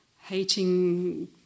hating